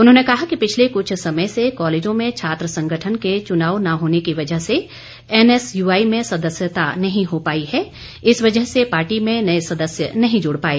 उन्होंने कहा कि पिछले कुछ समय से कॉलेजों में छात्र संगठन के चुनाव न होने की वजह से एनएसयूआई में सदस्यता नहीं हो पाई है इस वजह से पार्टी में नए सदस्य नहीं जुड़ पाए